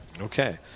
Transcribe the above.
Okay